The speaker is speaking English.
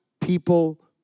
people